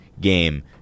game